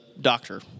doctor